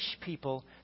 people